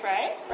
Right